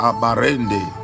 Abarende